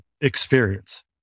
experience